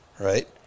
right